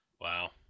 Wow